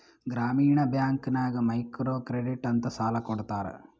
ಗ್ರಾಮೀಣ ಬ್ಯಾಂಕ್ ನಾಗ್ micro credit ಅಂತ್ ಸಾಲ ಕೊಡ್ತಾರ